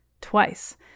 Twice